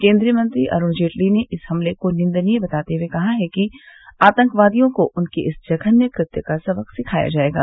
केन्द्रीय मंत्री अरुण जेटली ने इस हमले को निंदनीय बताते हुए कहा है कि आतंकवादियों को उनके इस जघन्य कृत्य का सबक सिखाया जायेगा